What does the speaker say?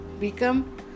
become